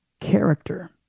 character